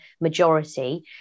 majority